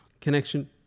connection